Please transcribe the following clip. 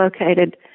located